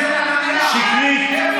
שקרית.